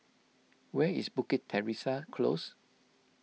where is Bukit Teresa Close